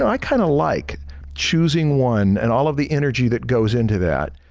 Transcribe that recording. i kinda like choosing one and all of the energy that goes into that.